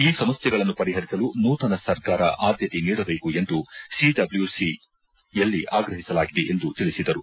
ಈ ಸಮಸ್ಯೆಗಳನ್ನು ಪರಿಪರಿಸಲು ನೂತನ ಸರ್ಕಾರ ಆದ್ಯಕೆ ನೀಡಬೇಕು ಎಂದು ಸಿಡಬ್ಲ್ಯುಸಿಯಲ್ಲಿ ಆಗ್ರಹಿಸಲಾಗಿದೆ ಎಂದು ತಿಳಿಸಿದರು